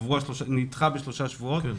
נדחה בשלושה שבועות.